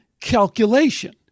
calculation